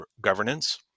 governance